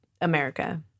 America